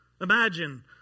Imagine